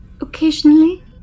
Occasionally